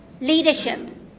leadership